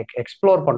explore